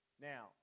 Now